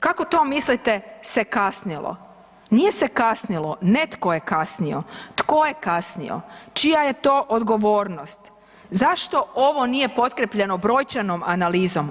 Kako to mislite se kasnilo, nije se kasnilo, netko je kasnio, tko je kasnio, čija je to odgovornost, zašto ovo nije potkrijepljeno brojčanom analizom?